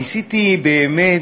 ניסיתי באמת,